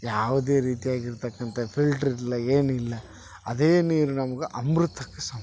ಯಾವುದೇ ರೀತಿಯಾಗಿರತಕ್ಕಂತ ಫಿಲ್ಟ್ರ್ ಇಲ್ಲ ಏನಿಲ್ಲ ಅದೇ ನೀರು ನಮ್ಗೆ ಅಮೃತಕ್ಕೆ ಸಮ